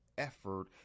effort